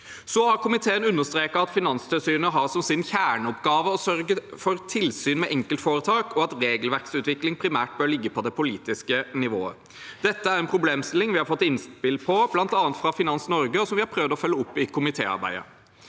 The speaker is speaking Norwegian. Så har komiteen understreket at Finanstilsynet har som kjerneoppgave å føre tilsyn med enkeltforetak, og at regelverksutvikling primært bør ligge til det politiske nivået. Dette er en problemstilling vi har fått innspill på bl.a. fra Finans Norge, og som vi har prøvd å følge opp i komitéarbeidet.